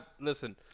listen